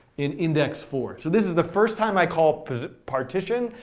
in index four. so this is the first time i call partition,